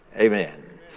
Amen